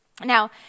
Now